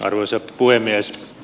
arvoisa puhemies